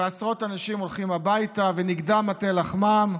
ועשרות אנשים הולכים הביתה ונגדע מטה לחמם,